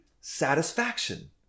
satisfaction